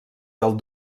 del